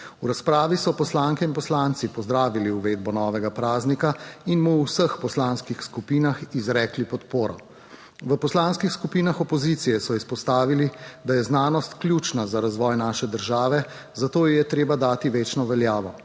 V razpravi so poslanke in poslanci pozdravili uvedbo novega praznika in mu v vseh poslanskih skupinah izrekli podporo. V poslanskih skupinah opozicije so izpostavili, da je znanost ključna za razvoj naše države, zato ji je treba dati večjo veljavo.